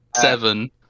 Seven